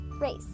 race